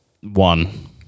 One